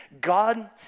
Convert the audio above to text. God